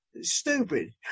Stupid